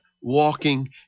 walking